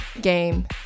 game